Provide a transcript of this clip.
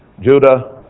Judah